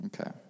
Okay